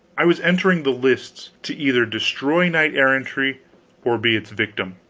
i was entering the lists to either destroy knight-errantry or be its victim.